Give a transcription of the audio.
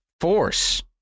force